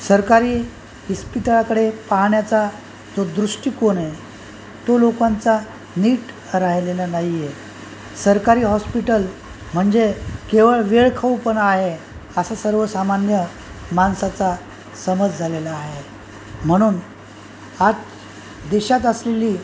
सरकारी इस्पितळाकडे पाहण्याचा जो दृष्टीकोन आहे तो लोकांचा नीट राहिलेला नाही आहे सरकारी हॉस्पिटल म्हणजे केवळ वेळखाऊपणा आहे असं सर्वसामान्य माणसाचा समज झालेला आहे म्हणून आज देशात असलेली